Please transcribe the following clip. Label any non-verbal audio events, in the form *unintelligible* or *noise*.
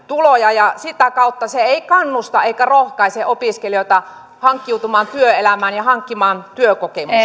tuloja sitä kautta se ei kannusta eikä rohkaise opiskelijoita hankkiutumaan työelämään ja hankkimaan työkokemusta *unintelligible*